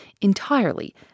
entirely